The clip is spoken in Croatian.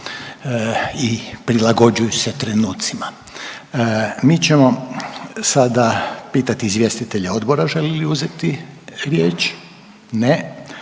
i prilagođuju se trenucima. Mi ćemo sada pitati izvjestitelje odbora žele li uzeti riječ? Ne.